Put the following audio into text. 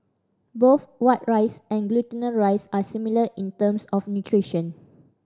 both white rice and glutinous rice are similar in terms of nutrition